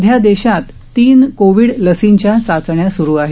सध्या देशात तीन लसींच्या चाचण्या सुरु आहेत